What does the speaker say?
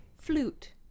flute